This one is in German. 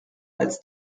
als